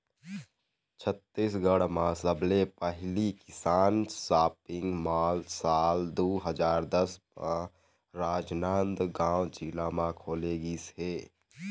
छत्तीसगढ़ म सबले पहिली किसान सॉपिंग मॉल साल दू हजार दस म राजनांदगांव जिला म खोले गिस हे